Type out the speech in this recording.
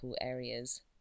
areas